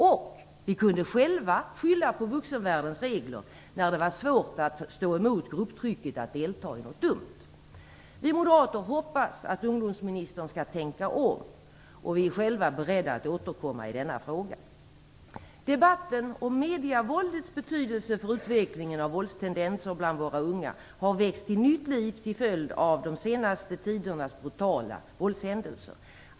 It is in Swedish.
Och vi kunde själva skylla på vuxenvärldens regler när det var svårt att stå emot grupptrycket att delta i något dumt. Vi moderater hoppas att ungdomsministern skall tänka om, och vi är själva beredda att återkomma i denna fråga. Debatten om medievåldets betydelse för utvecklingen av våldstendenser bland våra unga har väckts till nytt liv till följd av den senaste tidens brutala våldshändelser.